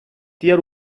diğer